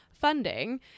funding